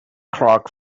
clark